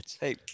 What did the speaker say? Hey